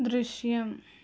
ദൃശ്യം